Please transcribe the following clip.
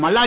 Malladi